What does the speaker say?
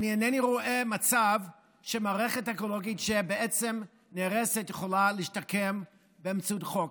אינני רואה מצב שמערכת אקולוגית שנהרסת יכולה להשתקם באמצעות חוק.